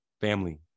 family